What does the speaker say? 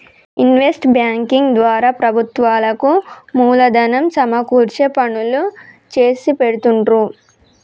investment banking ద్వారా ప్రభుత్వాలకు మూలధనం సమకూర్చే పనులు చేసిపెడుతుండ్రు